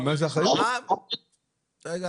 רגע,